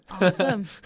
Awesome